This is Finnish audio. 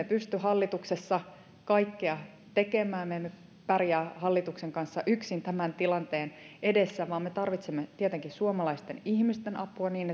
pysty hallituksessa kaikkea tekemään me emme pärjää hallituksen kanssa yksin tämän tilanteen edessä vaan me tarvitsemme tietenkin suomalaisten ihmisten apua niin